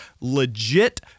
legit